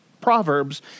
Proverbs